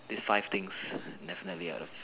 these five things definitely I would've